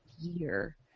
year